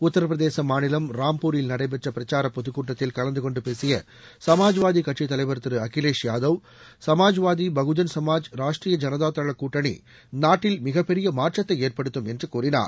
உத்தரப்பிரதேச மாநிலம் ராம்பூரில் நடைபெற்ற பிரச்சார பொதுக் கூட்டத்தில் கலந்து கொண்டு பேசிய சமாஜ்வாதி கட்சித் தலைவர் திரு அகிலேஷ் யாதவ் சமாஜ்வாதி பகுஜன் சமாஜ் ராஷ்டரிய ஜனதா தள கூட்டணி நாட்டில் மிகப்பெரிய மாற்றத்தை ஏற்படுத்தும் என்று கூறினார்